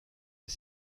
est